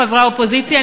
חברי האופוזיציה,